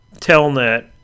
Telnet